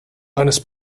eines